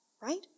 right